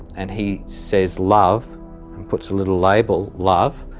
and he says love and puts a little label love,